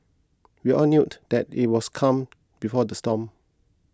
we all knew that it was calm before the storm